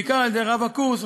בעיקר על-ידי רב הקורס,